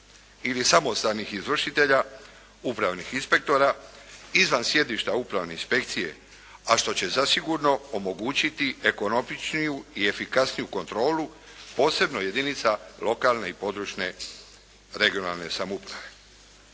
ili samostalnih izvršitelja upravnih inspektora izvan sjedišta upravne inspekcije, a što će zasigurno omogućiti ekonomičniju i efikasniju kontrolu posebno jedinica lokalne i područne (regionalne) samouprave.